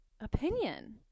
opinion